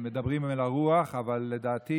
כאילו מדברים אל הרוח, אבל לדעתי,